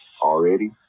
already